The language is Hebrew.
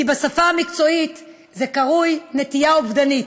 כי בשפה המקצועית זה קרוי נטייה אובדנית.